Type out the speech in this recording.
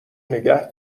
نگه